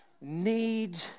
need